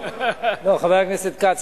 חבר הכנסת כץ,